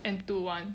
enthu [one]